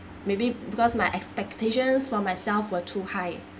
maybe because my expectations for myself were too high